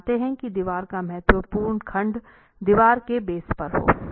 हम मानते हैं कि दीवार का महत्वपूर्ण खंड दीवार के बेस पर है